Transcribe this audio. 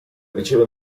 riceve